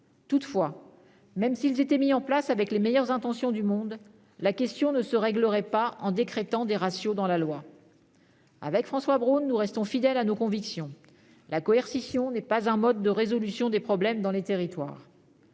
Toutefois, même si des ratios étaient mis en place avec les meilleures intentions du monde, la question ne se réglerait pas en les « décrétant » dans la loi. François Braun et moi-même restons fidèles à nos convictions : la coercition n'est pas un mode de résolution des problèmes dans les territoires.